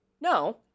no